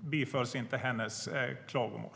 bifölls inte hennes klagomål.